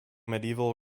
medieval